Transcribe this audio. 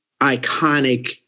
iconic